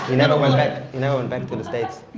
never went back you know and back to the states.